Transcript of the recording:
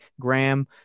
Graham